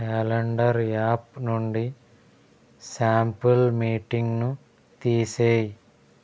calendar app నుండి sample మీటింగ్ను తీసేయి